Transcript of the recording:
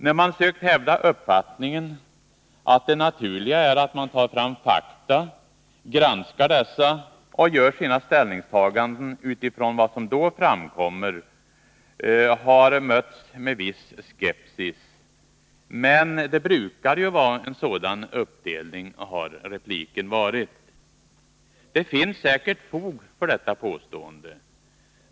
När man sökt hävda uppfattningen att det naturliga är att man tar fram fakta, granskar dessa och gör sina ställningstaganden utifrån vad som då framkommer, har detta mötts med viss skepsis: Men det brukar ju vara en sådan uppdelning, har repliken varit. Det finns säkert fog för detta påstående.